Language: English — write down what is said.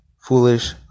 Foolish